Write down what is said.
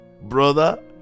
Brother